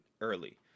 early